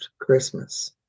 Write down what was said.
Christmas